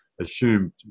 assumed